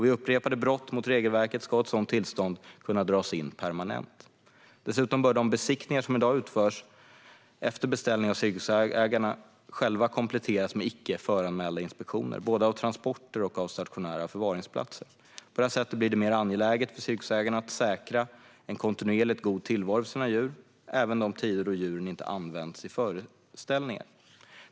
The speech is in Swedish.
Vid upprepade brott mot regelverket ska ett sådant tillstånd kunna dras in permanent. Dessutom bör de besiktningar som i dag utförs efter beställning av cirkusägarna själva kompletteras med icke föranmälda inspektioner, både av transporter och av stationära förvaringsplatser. På detta sätt blir det mer angeläget för cirkusägarna att säkra en kontinuerligt god tillvaro för sina djur även under perioder då djuren inte används i föreställningar.